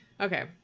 Okay